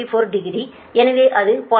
24 degree எனவே அது 0